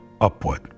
upward